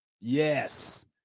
yes